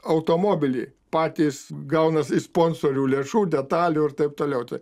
automobilį patys gauna iš sponsorių lėšų detalių ir taip toliau tai